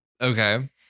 Okay